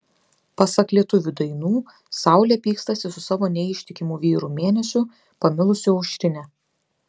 pasak lietuvių dainų saulė pykstasi su savo neištikimu vyru mėnesiu pamilusiu aušrinę